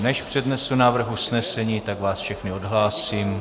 Než přednesu návrh usnesení, tak vás všechny odhlásím.